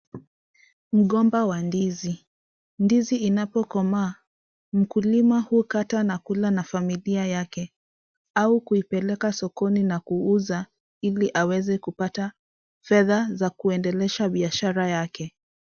Mgomba wa ndizi. Ndizi inapokomaa, mkulima hukata na kula na familia yake, au kuipeleka sokoni na kuuza ili aweze kupata fedha za kuendelesha biashara yake.